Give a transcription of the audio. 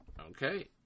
okay